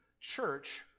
church